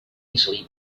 easily